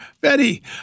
Betty